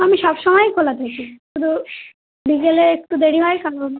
আমি সব সময় খোলা থাকি শুধু বিকেলে একটু দেরি হয় কারণ